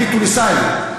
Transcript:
אני תוניסאי.